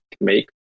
make